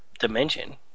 dimension